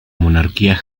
monarquía